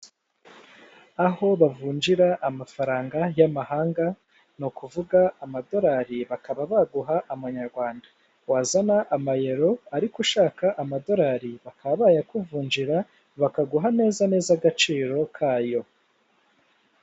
Aho bavunjira amafaranga y'amahanga ni ukuvuga amadorari bakaba baguha amanyarwanda, wazana amayero ariko ushaka amadorari bakaba bayakuvunjira bakaguha neza neza agaciro kayo.